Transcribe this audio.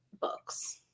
books